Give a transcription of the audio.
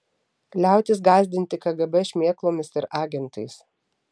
liautis gąsdinti kgb šmėklomis ir agentais